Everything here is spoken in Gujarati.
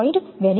1 થી 0